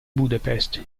budapest